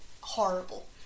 horrible